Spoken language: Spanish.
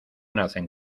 nacen